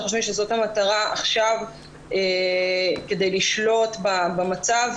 אנחנו חושבים שזאת המטרה עכשיו כדי לשלוט במצב.